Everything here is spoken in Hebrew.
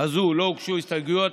הזאת לא הוגשו הסתייגויות.